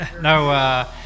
No